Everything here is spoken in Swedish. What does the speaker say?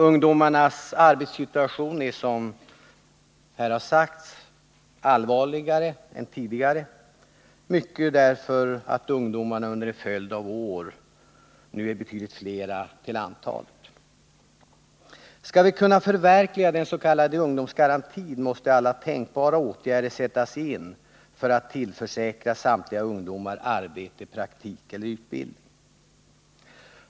Ungdomarnas arbetssituation är, som här har sagts, allvarligare än tidigare, till stor del därför att ungdomarna sedan en följd av år är betydligt fler till antalet. Skall vi kunna förverkliga den s.k. ungdomsgarantin, måste alla tänkbara åtgärder sättas in för att tillförsäkra samtliga ungdomar arbete, praktik eller utbildning.